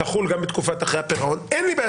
תחול גם בתקופת אחרי הפירעון אין לי בעיה